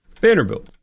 Vanderbilt